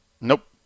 Nope